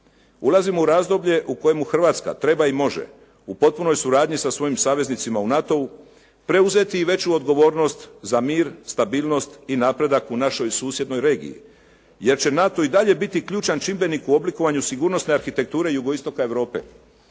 Ulazimo u razdoblje u kojemu Hrvatska treba i može, u potpunoj suradnji sa svojim saveznicima u NATO-u preuzeti i veću odgovornost za mir, stabilnost i napredak u našoj susjednoj regiji, jer će NATO biti i dalje ključan čimbenik u oblikovanju sigurnosne arhitekture jugoistoka Europe.